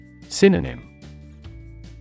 Synonym